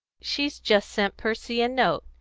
she's just sent percy a note.